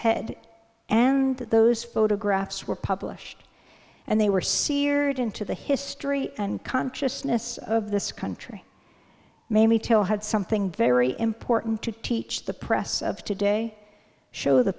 head and that those photographs were published and they were seared into the history and consciousness of this country mamie till had something very important to teach the press of today show the